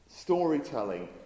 storytelling